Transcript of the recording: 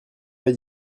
pas